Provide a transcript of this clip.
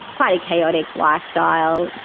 quite a chaotic lifestyle,